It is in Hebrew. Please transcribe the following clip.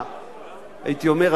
הייתי אומר,